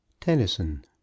Tennyson